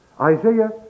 Isaiah